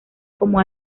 como